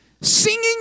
singing